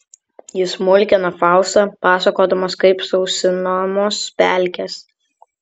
jis mulkina faustą pasakodamas kaip sausinamos pelkės